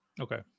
Okay